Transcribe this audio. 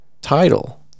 title